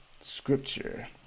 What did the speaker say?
scripture